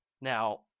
Now